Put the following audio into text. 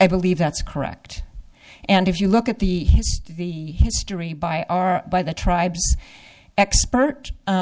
i believe that's correct and if you look at the the history by our by the tribes expert you